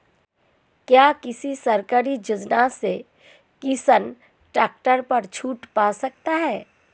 क्या किसी सरकारी योजना से किसान ट्रैक्टर पर छूट पा सकता है?